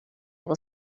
will